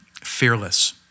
Fearless